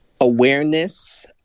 awareness